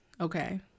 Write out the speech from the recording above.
Okay